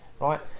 right